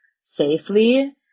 safely